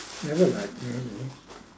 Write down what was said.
I don't like noodles